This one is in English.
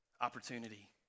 opportunity